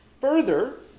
Further